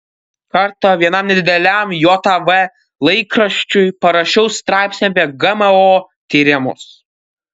kartą vienam nedideliam jav laikraščiui parašiau straipsnį apie gmo tyrimus